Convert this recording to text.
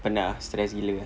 penat ah stress gila